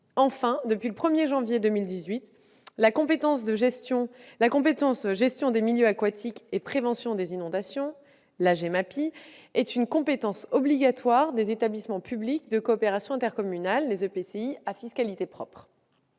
Enfin, depuis le 1 janvier 2018, la compétence dans le domaine de la gestion des milieux aquatiques et de la prévention des inondations, la GEMAPI, est une compétence obligatoire des établissements publics de coopération intercommunale, les EPCI, à fiscalité propre.